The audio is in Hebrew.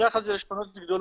בדרך כלל זה בשכונות גדולים.